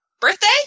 birthday